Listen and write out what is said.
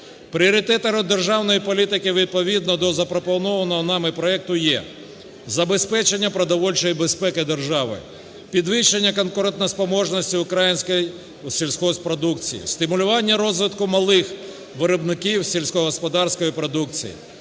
Пріоритетами державної політики, відповідно до запропонованого нами проекту, є забезпечення продовольчої безпеки держави, підвищення конкурентоспроможності української сільгосппродукції, стимулювання розвитку малих виробників сільськогосподарської продукції,